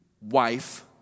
wife